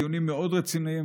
דיונים מאוד רציניים,